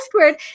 word